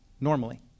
normally